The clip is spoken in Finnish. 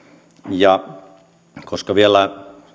ja koska vielä